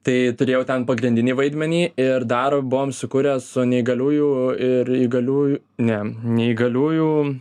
tai turėjau ten pagrindinį vaidmenį ir dar buvom sukūrę su neįgaliųjų ir įgaliųjų ne neįgaliųjų